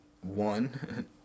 One